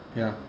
ya